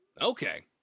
Okay